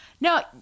no